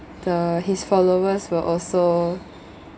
the his followers will also